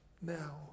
now